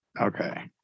Okay